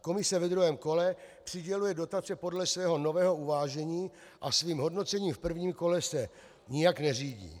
Komise ve druhém kole přiděluje dotace podle svého nového uvážení a svým hodnocením v prvním kole se nijak neřídí.